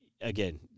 again